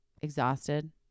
exhausted